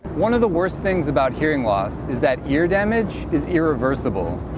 one of the worst things about hearing loss is that ear damage is irreversible.